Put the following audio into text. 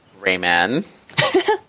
rayman